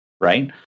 Right